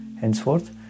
henceforth